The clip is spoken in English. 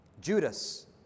Judas